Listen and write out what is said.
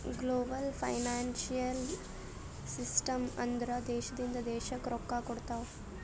global financial system ಅಂದುರ್ ದೇಶದಿಂದ್ ದೇಶಕ್ಕ್ ರೊಕ್ಕಾ ಕೊಡ್ತಾವ್